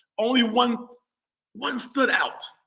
only one one stood out.